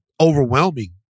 overwhelming